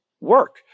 work